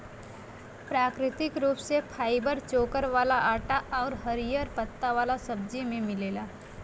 प्राकृतिक रूप से फाइबर चोकर वाला आटा आउर हरिहर पत्ता वाला सब्जी में मिलेला